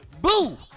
Boo